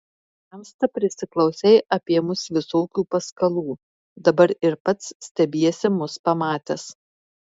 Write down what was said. tamsta prisiklausei apie mus visokių paskalų dabar ir pats stebiesi mus pamatęs